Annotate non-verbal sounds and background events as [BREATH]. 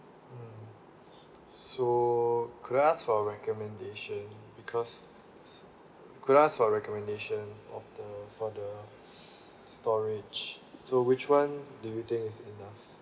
mm so could I ask for a recommendation because could I ask for a recommendation of the for the [BREATH] storage so which one do you think is enough